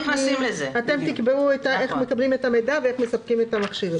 אתם תקבעו איך מקבלים את המידע ואיך מספקים את המכשירים.